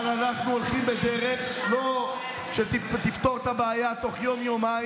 אנחנו הולכים בדרך שלא תפתור את הבעיה בתוך יום-יומיים,